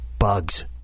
bugs